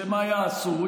שמה יעשו?